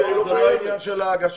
זה לא העניין של ההגשה.